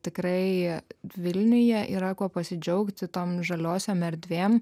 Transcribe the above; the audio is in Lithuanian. tikrai vilniuje yra kuo pasidžiaugti tom žaliosiom erdvėm